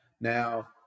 Now